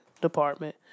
department